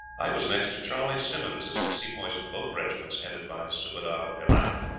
i was next to charley simmonds as the sepoys of both regiments, headed by subadar piran,